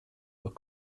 were